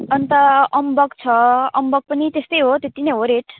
अन्त अम्बक छ अम्बक पनि त्यस्तै हो त्यतिनै हो रेट